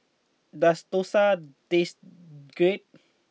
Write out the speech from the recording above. does Dosa taste good